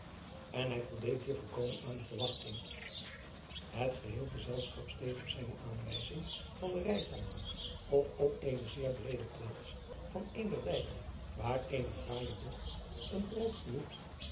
n hij voldeed hier volkomen aan de verwachting et geheel gezelschap steeg op zijne aanwijzing driaan oosjes zn et leven van illegonda uisman van de rijtuigen of op eene zeer breede plaats van een der dijken waar eene fraaije bogt een groot genoeg